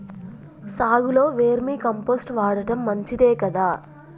సాగులో vermicompost వాడటం మంచిదే కదా?